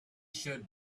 should